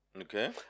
okay